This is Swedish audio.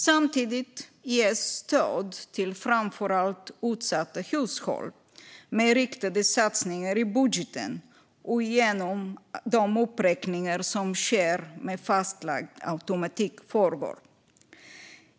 Samtidigt ges stöd till framför allt utsatta hushåll genom riktade satsningar i budgeten och genom att de uppräkningar som sker med fastlagd automatik fortgår.